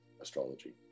astrology